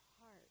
heart